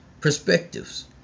perspectives